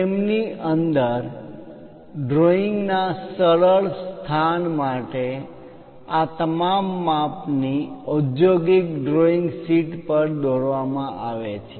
frame ની અંદર drawing ના સરળ સ્થાન માટે આ તમામ માપ ની ઔદ્યોગિક ડ્રોઈંગ શીટ્સ પર દોરવામાં આવે છે